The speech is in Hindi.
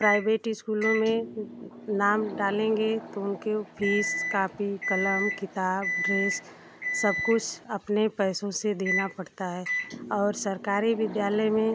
प्राइवेट इस्कूलों में नाम डालेंगे तो उनके फीस कापी कलम किताब ड्रेस सब कुछ अपने पैसों से देना पड़ता है और सरकारी विद्यालय में